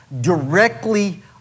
directly